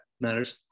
matters